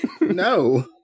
No